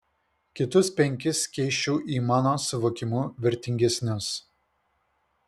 kitus penkis keisčiau į mano suvokimu vertingesnius